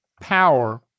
power